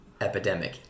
epidemic